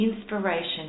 inspiration